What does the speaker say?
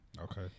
Okay